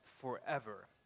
forever